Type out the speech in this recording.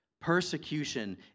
Persecution